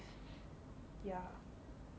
ya